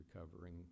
recovering